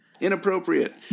inappropriate